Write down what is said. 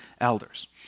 elders